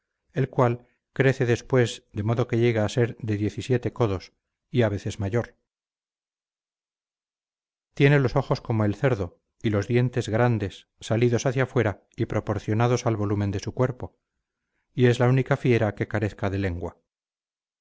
el cual crece después de modo que llega a ser de codos y a veces mayor tiene los ojos como el cerdo y los dientes grandes salidos hacia fuera y proporcionados al volumen de su cuerpo y es la única fiera que carezca de lengua